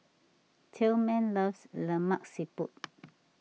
Tillman loves Lemak Siput